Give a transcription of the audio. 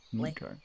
Okay